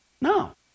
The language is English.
No